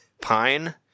Pine